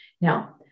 Now